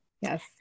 yes